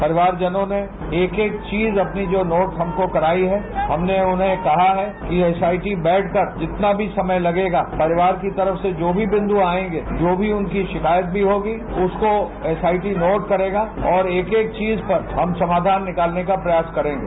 परिवारजनों ने एक एक चीज अपनी जो नोट हमको कराई है हमने उन्हें कहा है कि एसआईटी बैठकर जितना भी समय लगेगा परिवार की तरफ से जो भी बिन्दु आएंगे जो भी उनकी शिकायत भी होगी उसको एसआईटी नोट करेगा और एक एक चीज पर हम समाधान निकालने का प्रयास करेंगे